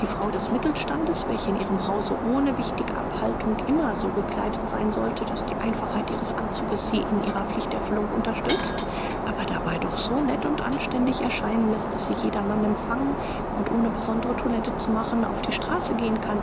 die frau des mittelstandes welche in ihrem hause ohne wichtige abhaltung immer so gekleidet sein sollte daß die einfachheit ihres anzugs sie in ihrer pflichterfüllung unterstützt aber dabei doch so nett und anständig erscheinen läßt daß sie jedermann empfangen und ohne besonders toilette zu machen auf die straße gehen kann